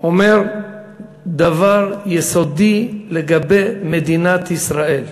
אומר דבר יסודי לגבי מדינת ישראל.